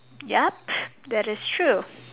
yup that is true